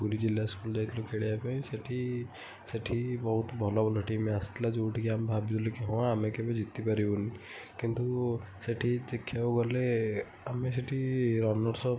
ପୁରୀ ଜିଲ୍ଲା ସ୍କୁଲ୍ ଯାଇଥିଲୁ ଖେଳିବା ପାଇଁ ସେଠି ସେଠି ବହୁତ ଭଲ ଭଲ ଟିମ୍ ଆସିଥିଲା ଯୋଉଠିକି ଆମେ ଭାବିଥିଲୁ କି ହଁ ଆମେ କେବେ ଜିତି ପାରିବୁନି କିନ୍ତୁ ସେଠି ଦେଖିବାକୁ ଗଲେ ଆମେ ସେଠି ରନର୍ସ ଅଫ୍